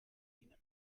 ihnen